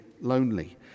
lonely